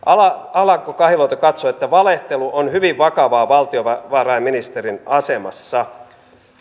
alanko kahiluoto katsoo että valehtelu on hyvin vakavaa valtiovarainministerin asemassa